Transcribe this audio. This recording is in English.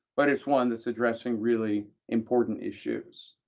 but it's one that's addressing really important issues,